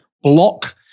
block